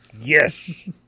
yes